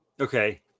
okay